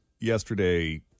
yesterday